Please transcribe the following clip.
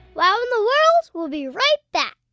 wow in the world will be right back.